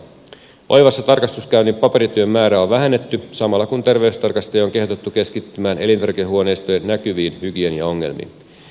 oivassa tarkastuskäynnin paperityön määrää on vähennetty samalla kun terveystarkastajia on kehotettu keskittymään elintarvikehuoneistojen näkyviin hygieniaongelmiin